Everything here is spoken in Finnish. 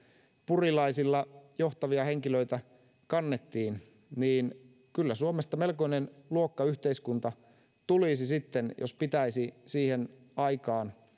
purilailla johtavia henkilöitä kannettiin niin kyllä suomesta melkoinen luokkayhteiskunta tulisi sitten jos pitäisi siihen aikaan